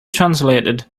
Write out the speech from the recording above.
translated